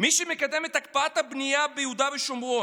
מי שמקדם את הקפאת הבנייה ביהודה ושומרון,